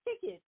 ticket